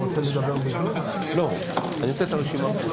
עכשיו קמנו, עדיין קטנים, אבל גדלים עם הזמן.